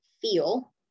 feel